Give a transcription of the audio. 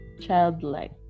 childlike